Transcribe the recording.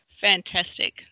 fantastic